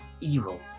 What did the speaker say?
evil